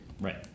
Right